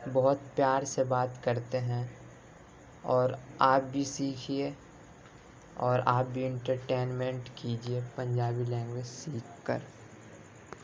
بہت پیار سے بات کرتے ہیں اور آپ بھی سیکھیے اور آپ بھی انٹرٹینمنٹ کیجیے پنجابی لینگویج سیکھ کر